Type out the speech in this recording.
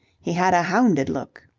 he had a hounded look.